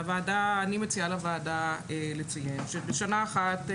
אני מציעה לוועדה לציין שבשנה אחת,